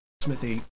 smithy